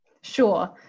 sure